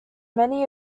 many